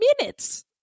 minutes